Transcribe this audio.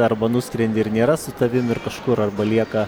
arba nuskrendi ir nėra su tavim ir kažkur arba lieka